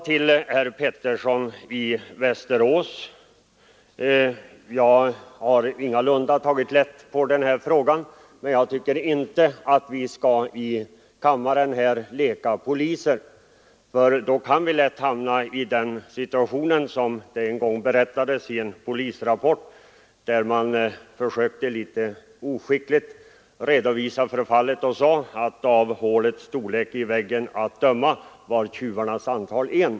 Till herr Pettersson i Västerås vill jag säga att jag ingalunda tagit lätt på frågan om åsiktsregistreringen, men jag tycker inte att vi här i kammaren skall leka poliser. Då kan vi lätt hamna i situationer liknande den som det en gång berättades om i anslutning till en polisrapport. Författaren redovisade fallet en smula oskickligt med orden: Av hålets storlek i väggen att döma var tjuvarnas antal en.